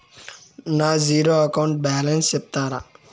నా zero account balance సెప్తారా?